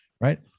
right